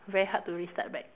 very hard to restart back